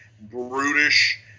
brutish